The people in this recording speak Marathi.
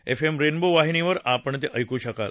एफएम रेनबो वाहिनीवर आपण ते ऐकू शकाल